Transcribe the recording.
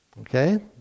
Okay